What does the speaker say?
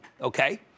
okay